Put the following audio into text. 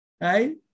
right